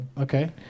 Okay